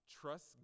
trust